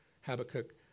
Habakkuk